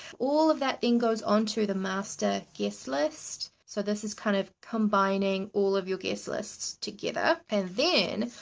all of that then goes onto the master guest list. so, this is kind of combining all of your guest lists together, and then.